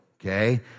okay